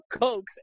Cokes